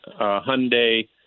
hyundai